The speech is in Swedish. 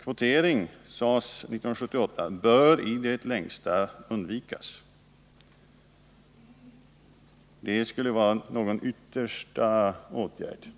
1978 sades att kvotering i det längsta bör undvikas. Det skulle vara en yttersta åtgärd.